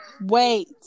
wait